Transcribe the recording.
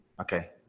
okay